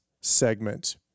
segment